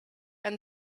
and